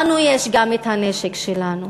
לנו יש גם הנשק שלנו,